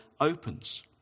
opens